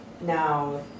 now